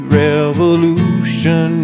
revolution